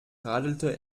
radelte